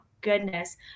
goodness